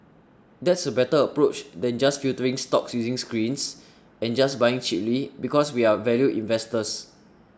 that's a better approach than just filtering stocks using screens and just buying cheaply because we're value investors